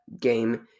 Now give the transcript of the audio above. game